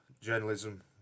journalism